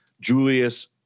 Julius